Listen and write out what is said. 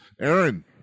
Aaron